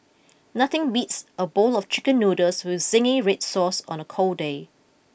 nothing beats a bowl of chicken noodles with zingy red sauce on a cold day